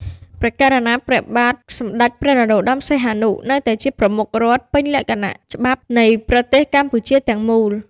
ព្រះករុណាព្រះបាទសម្តេចព្រះនរោត្តម សីហនុ នៅតែជាប្រមុខរដ្ឋ ពេញលក្ខណៈច្បាប់ នៃប្រទេសកម្ពុជាទាំងមូល។